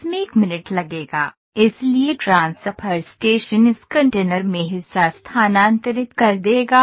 इसमें 1 मिनट लगेगा इसलिए ट्रांसफर स्टेशन इस कंटेनर में हिस्सा स्थानांतरित कर देगा